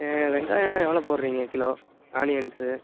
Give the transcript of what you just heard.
வெங்காயம்லாம் எவ்வளோ போடுறீங்க கிலோ ஆனியன்ஸ்ஸு